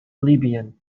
libyan